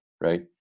right